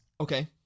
Okay